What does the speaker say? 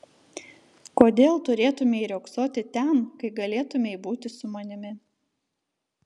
kodėl turėtumei riogsoti ten kai galėtumei būti su manimi